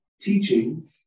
teaching